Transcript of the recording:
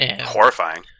Horrifying